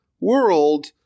world